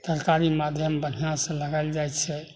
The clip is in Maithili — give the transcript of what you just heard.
तरकारी माध्यम बढ़िआँ सँ लगायल जाइ छै